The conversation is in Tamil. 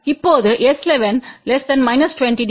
இப்போது S11 20 டி